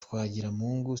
twagiramungu